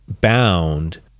bound